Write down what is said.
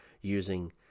using